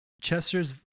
Chester's